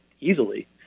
easily